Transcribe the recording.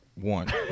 One